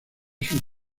sus